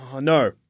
No